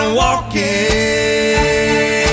walking